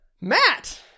Matt